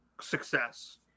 success